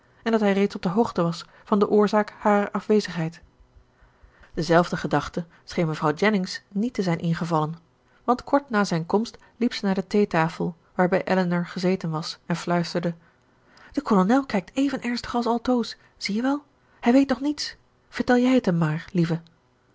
en dat hij reeds op de hoogte was van de oorzaak harer afwezigheid dezelfde gedachte scheen mevrouw jennings niet te zijn ingevallen want kort na zijn komst liep zij naar de theetafel waarbij elinor gezeten was en fluisterde de kolonel kijkt even ernstig als altoos zie je wel hij weet nog niets vertel jij het hem maar lieve